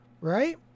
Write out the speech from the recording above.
Right